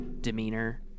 demeanor